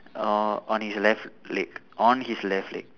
uh on his left leg on his left leg